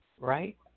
right